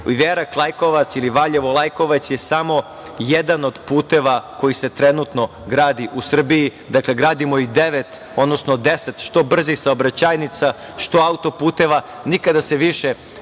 Iverak – Lajkovac ili Valjevo – Lajkovac je samo jedan od puteva koji se trenutno gradi u Srbiji. Dakle, gradimo ih devet, odnosno 10, što brzih saobraćajnica, što auto-puteva. Nikada se više